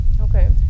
Okay